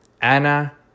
Anna